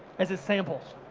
as a sample.